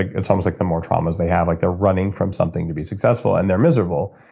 it sounds like the more traumas they have, like they're running from something to be successful and they're miserable.